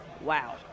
Wow